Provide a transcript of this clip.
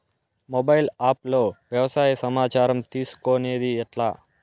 Mobile app లో వ్యవసాయ సమాచారం తీసుకొనేది ఎట్లా?